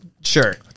Sure